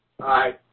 Hi